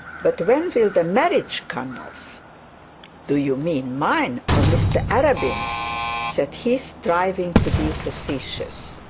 but when will the marriage come off do you mean mine or mr arabin's said he, striving to be facetious.